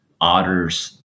otters